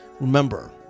remember